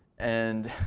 and